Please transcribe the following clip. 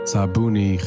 Sabuni